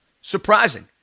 surprising